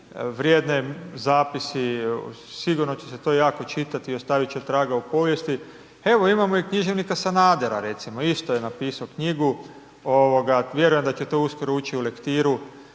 vrijedne zapisi, sigurno će se to jako čitati i ostavit će traga u povijesti. Evo imamo i književnika Sanadera recimo, isto je napisao knjigu ovoga, vjerujem da će to uskoro ući u lektiru,